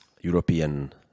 European